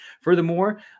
Furthermore